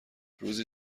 روزی